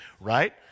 right